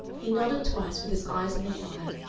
he nodded twice, with his eyes on the fire,